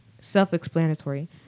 self-explanatory